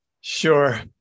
Sure